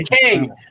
king